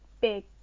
big